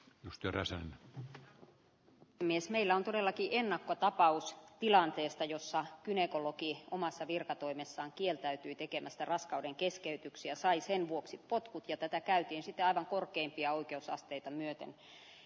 nyt keräsen mies meillä on todellakin ennakkotapaus tilanteesta jossa gynekologi omassa virkatoimessaan kieltäytyy tekemästä raskauden keskeytyksiä sai sen vuoksi potkut ja tätä käytti sitä aivan korkeimpia oikeusasteita myötä